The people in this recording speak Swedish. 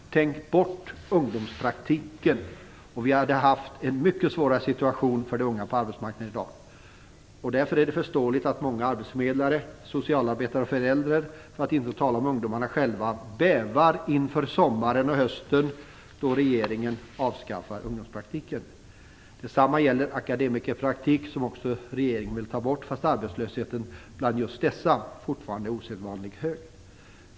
Utan ungdomspraktiken hade vi haft en mycket svårare situation för de unga på arbetsmarknaden i dag. Därför är det förståeligt att många arbetsförmedlare, socialarbetare och föräldrar, för att inte tala om ungdomarna själva, bävar inför sommaren och hösten, då regeringen avskaffar ungdomspraktiken. Detsamma gäller den akademikerpraktik som regeringen vill ta bort fast arbetslösheten bland just akademikerna fortfarande är osedvanligt hög.